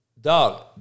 Dog